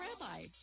rabbi